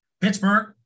Pittsburgh